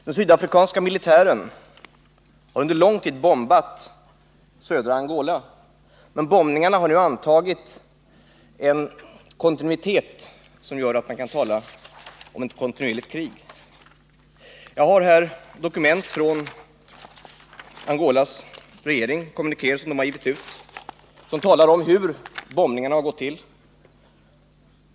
Den sydafrikanska militären har under lång tid bombat södra Angola, men bombningarna har nu antagit en kontinuitet som gör att man kan tala om ett kontinuerligt krig. Jag har här dokument från Angolas regering — kommunikéer som den har givit ut och som talar om hur bombningarna har gått till.